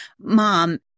mom